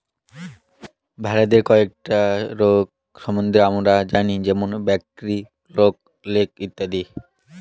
ভেড়াদের কয়েকটা রোগ সম্বন্ধে আমরা জানি যেমন ব্র্যাক্সি, ব্ল্যাক লেগ ইত্যাদি